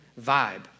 vibe